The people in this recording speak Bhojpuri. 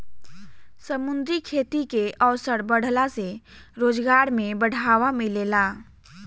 समुंद्री खेती के अवसर बाढ़ला से रोजगार में बढ़ावा मिलेला